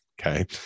Okay